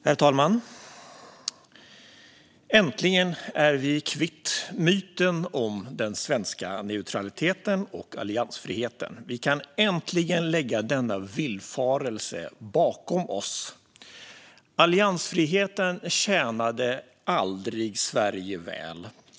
Herr talman! Äntligen är vi kvitt myten om den svenska neutraliteten och alliansfriheten! Vi kan äntligen lägga denna villfarelse bakom oss. Alliansfriheten tjänade aldrig Sverige väl.